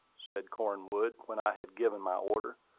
said cornwood, when i had given my order.